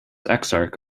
exarch